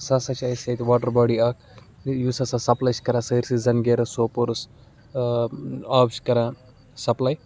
سہَ ہَسا چھِ اَسہِ ییٚتہِ واٹَر باڈی اَکھ یُس ہَسا سَپلاے چھِ کَران سٲرسٕے زَنگیٖرَس سوپورَس آب چھِ کَران سَپلاے